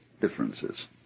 differences